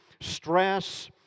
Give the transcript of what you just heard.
stress